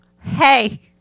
Hey